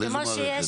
על איזה מערכת?